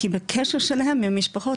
כי בקשר שלהם עם המשפחות,